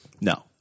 No